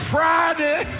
Friday